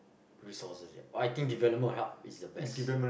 resources yeah oh I think development will help it's the best